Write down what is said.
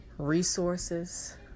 resources